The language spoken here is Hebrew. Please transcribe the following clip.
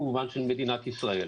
במובן של מדינת ישראל.